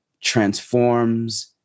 transforms